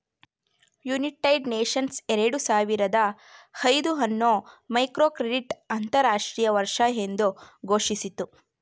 United Nations ಎರಡು ಸಾವಿರದ ಐದು ಅನ್ನು ಮೈಕ್ರೋಕ್ರೆಡಿಟ್ ಅಂತರಾಷ್ಟ್ರೀಯ ವರ್ಷ ಎಂದು ಘೋಷಿಸಿತು